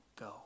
go